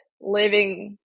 living